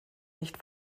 nicht